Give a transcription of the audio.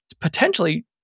potentially